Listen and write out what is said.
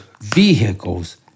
vehicles